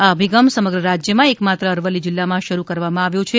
આ અભિગમ સમગ્ર રાજ્યમાં એકમાત્ર અરવલ્લી જિલ્લામાં શરૂ કરવામાં આવ્યો છે